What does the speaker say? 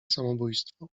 samobójstwo